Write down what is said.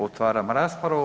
Otvaram raspravu.